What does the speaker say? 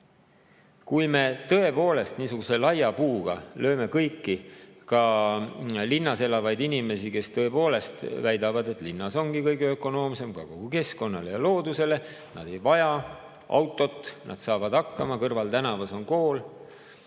Kui me lööme laia puuga kõiki, nii linnas elavaid inimesi, kes tõepoolest väidavad, et linnas ongi kõige ökonoomsem, ka kogu keskkonnale ja loodusele, et nad ei vaja autot, nad saavad hakkama, kõrvaltänavas on kool,